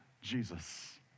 Jesus